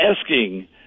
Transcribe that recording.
asking